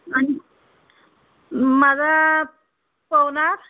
आणि माझा पवनार